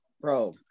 Bro